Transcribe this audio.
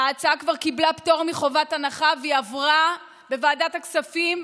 ההצעה כבר קיבלה פטור מחובת הנחה והיא עברה בוועדת הכספים,